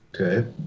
Okay